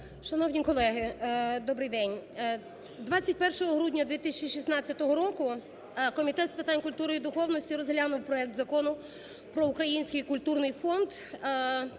Шановні колеги, добрий день! 21 грудня 2016 року Комітет з питань культури і духовності розглянув проект Закону про Український культурний фонд (номер 5491), внесений